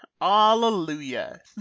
hallelujah